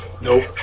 nope